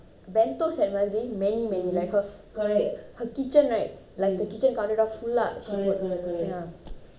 bento set மாதிரி:mathiri many many like her kitchen right like the kitchen countertop full ah she will ya